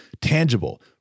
tangible